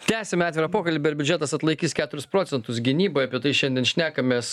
tęsiame atvirą pokalbį ar biudžetas atlaikys keturis procentus gynybai apie tai šiandien šnekamės